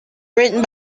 written